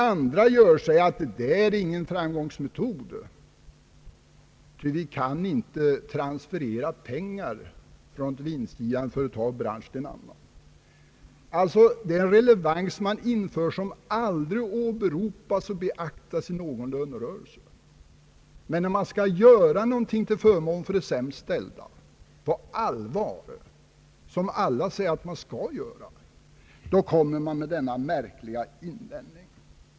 Andra säger att detta inte är någon metod, ty vi kan inte transferera pengar från en vinstgivande bransch till en annan. Man inför alltså en relevans som aldrig åberopas och beaktas i någon lönerörelse. Men när man skall göra någonting till förmån för de sämst ställda på allvar, som alla säger att man skall göra, kommer man med denna märkliga invändning.